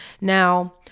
Now